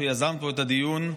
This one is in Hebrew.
שיזמת פה את הדיון,